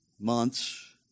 months